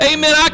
Amen